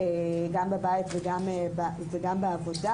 גם בבית וגם בעבודה,